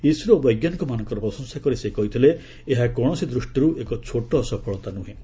ISRO ବୈଜ୍ଞାନିକମାନଙ୍କର ପ୍ରଶଂସା କରି ସେ କହିଥିଲେ ଏହା କୌଣସି ଦୃଷ୍ଟିର୍ ଏକ ଛୋଟ ସଫଳତା ନ୍ରହେଁ